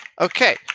Okay